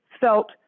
felt